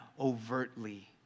overtly